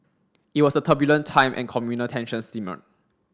it was a turbulent time and communal tensions simmered